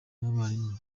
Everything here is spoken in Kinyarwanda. n’abarimu